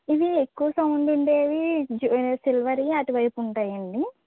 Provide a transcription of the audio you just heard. ఇవి ఎక్కువ సౌండ్ ఉండేవి జు సిల్వర్వి అటువైపు ఉంటాయండి